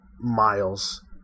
Miles